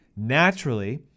Naturally